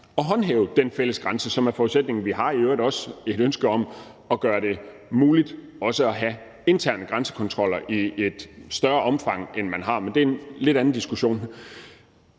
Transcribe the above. at håndhæve den fælles grænse, som er forudsætningen. Vi har i øvrigt også et ønske om at gøre det muligt at have interne grænsekontroller i et større omfang, end man har, men det er en lidt anden diskussion.